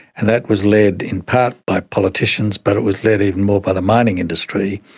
and that was led in part by politicians, but it was led even more by the mining industry,